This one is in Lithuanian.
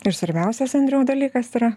ir svarbiausias andriau dalykas yra